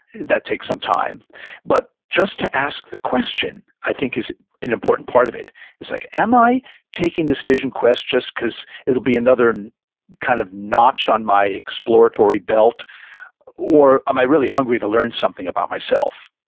that takes some time but just to ask the question, i think is an important part of it it's like, am i taking this vision quest just because it'll be another kind of notch on my exploratory belt or am i really hungry to learn something about myself?